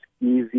easy